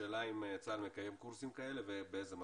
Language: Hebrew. השאלה אם צה"ל מקיים קורסים כאלה ובאיזה מתכונת?